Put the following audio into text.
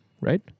right